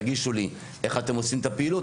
תגישו לי איך אתם עושים את הפעילות,